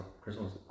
Christmas